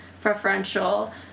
preferential